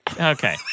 Okay